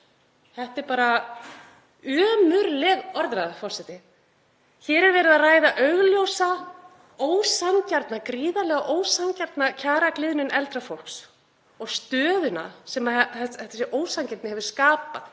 Þetta er bara ömurleg orðræða, forseti. Hér er verið að ræða augljósa og gríðarlega ósanngjarna kjaragliðnun eldra fólks og stöðuna sem þessi ósanngirni hefur skapað